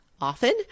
often